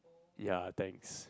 ya thanks